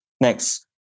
Next